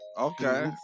Okay